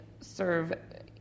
serve